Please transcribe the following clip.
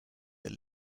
that